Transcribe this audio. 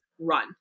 run